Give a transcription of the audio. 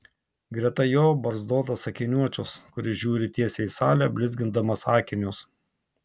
greta jo barzdotas akiniuočius kuris žiūri tiesiai į salę blizgindamas akinius